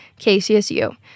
KCSU